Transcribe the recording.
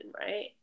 right